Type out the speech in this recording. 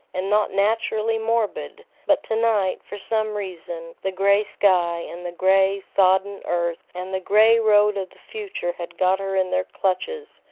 and not naturally morbid but to-night, for some reason, the gray sky, and the gray, sodden earth, and the gray road of the future had got her in their clutches,